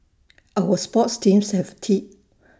our sports teams have tea